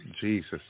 Jesus